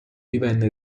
divenne